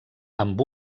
amb